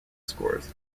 scores